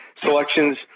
selections